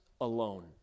alone